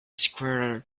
squirrel